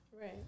Right